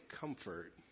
comfort